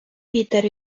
вітер